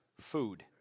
food